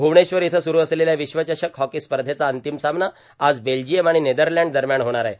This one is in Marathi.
भुवनेश्वर इथं सुरू असलेल्या विश्वचषक हॉको स्पधचा अंगतम सामना आज बेल्जियम आर्आण नेदरलँड दरम्यान होणार आहे